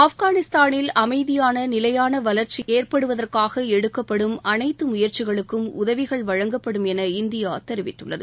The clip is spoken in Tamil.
ஆப்கானிஸ்தானில் அமைதியான நிலையான வளர்ச்சி ஏற்படுவதற்காக எடுக்கப்படும் அனைத்து முயற்சிகளுக்கும் உதவிகள் வழங்கப்படும் என இந்தியா தெரிவித்துள்ளது